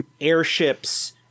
airships